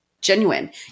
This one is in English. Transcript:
genuine